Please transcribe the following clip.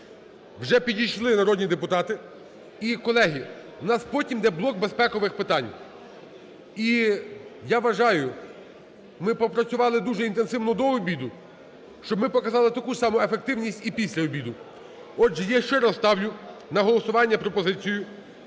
Вже підійшли народні депутати. І, колеги, у нас потім іде блок безпекових питань. І я вважаю, ми попрацювали дуже інтенсивно до обіду, щоб ми показали таку ж саму ефективність і після обіду. Отже, я ще раз ставлю на голосування пропозицію,